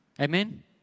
Amen